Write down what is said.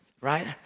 right